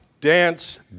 dance